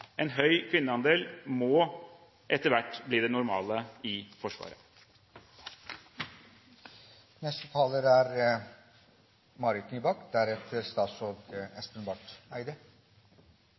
En høy kvinneandel må etter hvert bli det normale i Forsvaret. Jeg vil takke statsråden for svaret. Jeg er